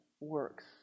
works